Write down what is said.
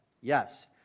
Yes